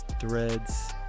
threads